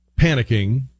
panicking